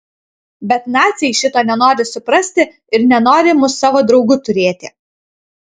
bet naciai šito nenori suprasti ir nenori mus savo draugu turėti